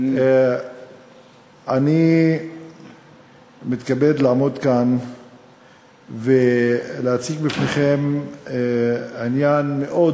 אני מתכבד לעמוד כאן ולהציג בפניכם עניין מאוד